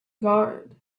guard